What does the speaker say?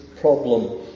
problem